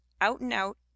out-and-out